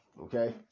okay